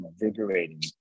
invigorating